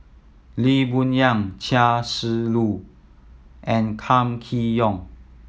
Lee Boon Yang Chia Shi Lu and Kam Kee Yong